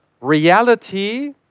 reality